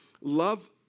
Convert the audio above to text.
love